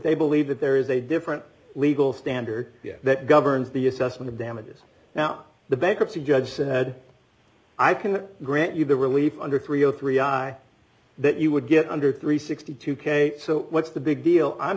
they believe that there is a different legal standard that governs the assessment of damages now the bankruptcy judge said i can grant you the relief under three hundred and three i that you would get under three hundred and sixty two k so what's the big deal i'm